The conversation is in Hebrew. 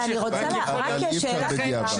אבל אי אפשר בדיעבד.